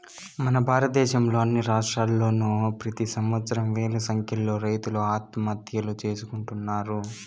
మన భారతదేశంలో అన్ని రాష్ట్రాల్లోనూ ప్రెతి సంవత్సరం వేల సంఖ్యలో రైతులు ఆత్మహత్యలు చేసుకుంటున్నారు